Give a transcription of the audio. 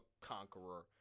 conqueror